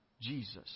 Jesus